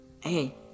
Hey